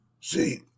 see